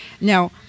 Now